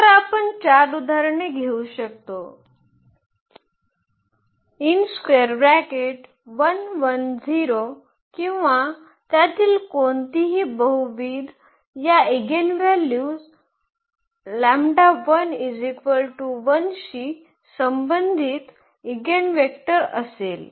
तर आपण चार उदाहरणे घेऊ शकतो किंवा त्यातील कोणतीही बहुविध या ईगेनव्हल्यू शी संबंधित ईगेनवेक्टर असेल